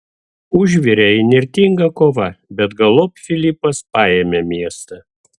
užvirė įnirtinga kova bet galop filipas paėmė miestą